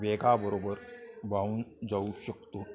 वेगाबरोबर वाहून जाऊ शकतो